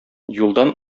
юлдан